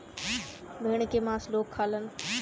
भेड़ क मांस लोग खालन